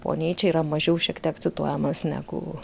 o niche yra mažiau šiek tiek cituojamas negu